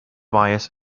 bias